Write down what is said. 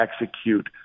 execute